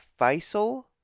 Faisal